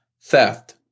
theft